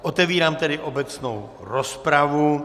Otevírám tedy obecnou rozpravu.